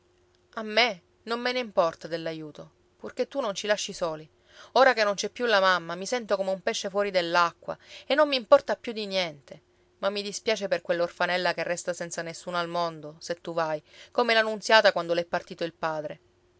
dirgli a me non me ne importa dell'aiuto purché tu non ci lasci soli ora che non c'è più la mamma mi sento come un pesce fuori dell'acqua e non m'importa più di niente ma mi dispiace per quell'orfanella che resta senza nessuno al mondo se tu vai come la nunziata quando l'è partito il padre